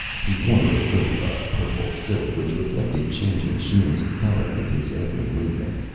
he wore a robe of purple silk which reflected changing sheens of color with his every movement,